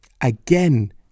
again